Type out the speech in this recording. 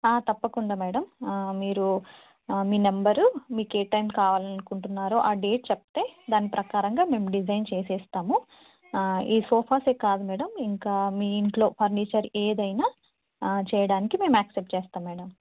తప్పకుండా మేడం మీరు మీ నెంబర్ మీకే టైం కావాలనుకుంటున్నారో ఆ డేట్ చెప్తే దాని ప్రకారంగా మేము డిజైన్ చేసేస్తాము ఈ సోఫాసే కాదు మేడం ఇంకా మీ ఇంట్లో ఫర్నిచర్ ఏదైనా చేయడానికి మేము యాక్సెప్ట్ చేస్తాం మేడం